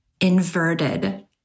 inverted